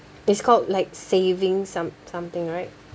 it's called like saving some something right